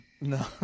No